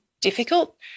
difficult